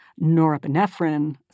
norepinephrine